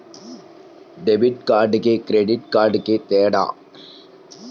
Debit కార్డుకి credit కార్డుకి తేడా?